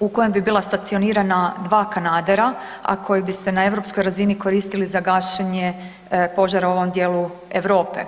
u kojem bi bila stacionira dva kanadera, a koji bi se na europskoj razini koristili za gašenje požara u ovom dijelu Europe.